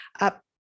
up